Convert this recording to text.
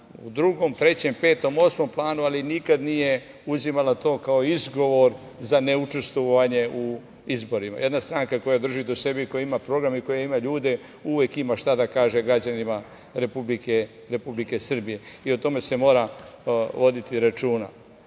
u drugom, trećem, petom, osmom planu, ali nikada nije uzimala to kao izgovor za neučestvovanje u izborima. Jedna stranka koja drži do sebe i koja ima program, ima ljude uvek ima šta da kaže građanima Republike Srbije i o tome se mora voditi računa. Zato